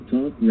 Talk